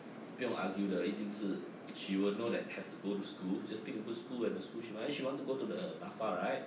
不用 argued 的一定是 she will know that have to go to school just pick a good school and the school she want eh she want to go to the NAFA